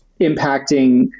impacting